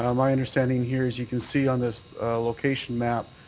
um my understanding here is you can see on this location map,